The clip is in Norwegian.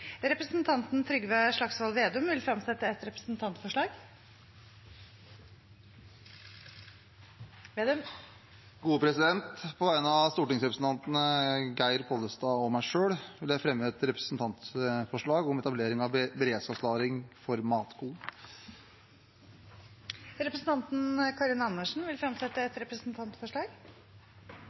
Representanten Trygve Slagsvold Vedum vil fremsette et representantforslag. På vegne av stortingsrepresentantene Geir Pollestad og meg selv vil jeg fremme et representantforslag om etablering av beredskapslagring av matkorn. Representanten Karin Andersen vil fremsette et representantforslag.